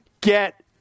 get